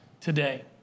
today